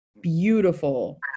beautiful